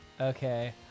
okay